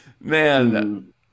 man